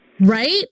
Right